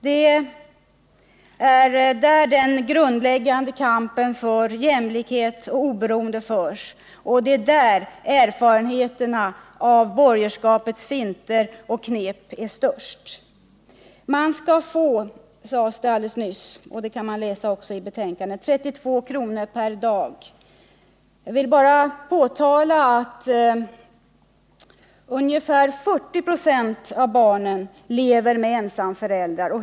Det är där den grundläggande kampen för jämlikhet och oberoende förs, och det är där erfarenheterna av borgerskapets finter och knep är störst. Man skall få 32 kr. per dag, sades det nyss — och det kan vi även läsa i betänkandet. Jag vill bara påpeka att ungefär 40 96 av barnen lever med ensamföräldrar.